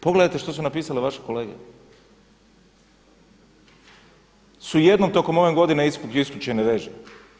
Pogledajte što su napisale vaše kolege su jednom tokom ove godine … isključene režije.